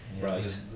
Right